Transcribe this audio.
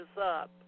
up